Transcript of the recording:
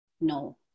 no